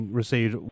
received